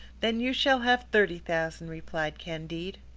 then you shall have thirty thousand, replied candide.